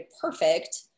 perfect